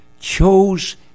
chose